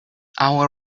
our